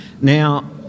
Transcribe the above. now